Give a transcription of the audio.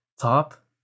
top